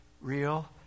real